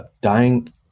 dying